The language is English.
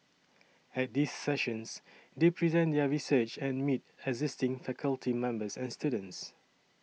at these sessions they present their research and meet existing faculty members and students